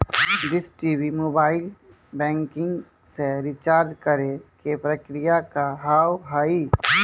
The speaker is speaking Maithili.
डिश टी.वी मोबाइल बैंकिंग से रिचार्ज करे के प्रक्रिया का हाव हई?